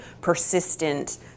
persistent